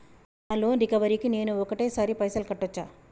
నా loan recovery కి నేను ఒకటేసరి పైసల్ కట్టొచ్చా?